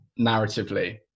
narratively